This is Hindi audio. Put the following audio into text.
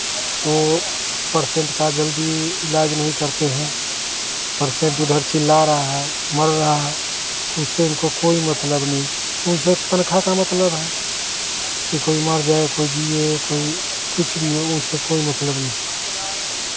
तो परसेंट का जल्दी इलाज नहीं करते हैं परसेंट उधर चिल्ला रहा है मर रहा है उससे उनको कोई मतलब नहीं उनसे तनख्वाह का मतलब है कि कोई मर जाए कोई जिए कोई कुछ भी हो उनसे कोई मतलब नहीं